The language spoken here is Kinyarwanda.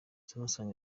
samsung